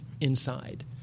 inside